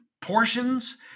portions